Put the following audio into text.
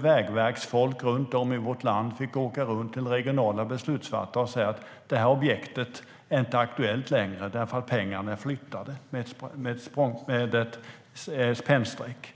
Vägverksfolk runt om i vårt land fick åka runt till regionala beslutsfattare och säga: Det här objektet är inte aktuellt längre, därför att pengarna är flyttade med ett pennstreck.